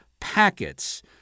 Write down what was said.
packets